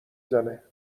زنه